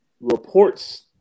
reports